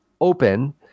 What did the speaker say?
open